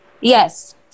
Yes